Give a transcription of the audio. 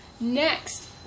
Next